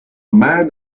man